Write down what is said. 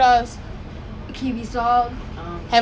malaysians canadians germany